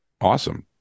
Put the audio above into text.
Awesome